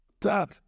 Dad